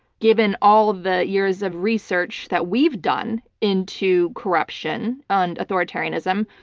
given all of the years of research that we've done into corruption and authoritarianism,